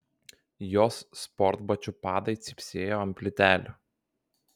jos sportbačių padai cypsėjo ant plytelių